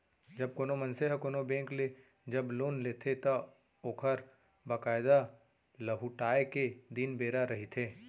जब कोनो मनसे ह कोनो बेंक ले जब लोन लेथे त ओखर बकायदा लहुटाय के दिन बेरा रहिथे